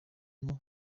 nko